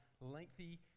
lengthy